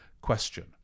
question